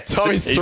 Tommy's